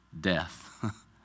death